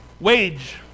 wage